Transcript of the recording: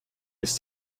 his